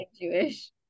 Jewish